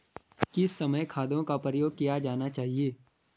किस समय खादों का प्रयोग किया जाना चाहिए?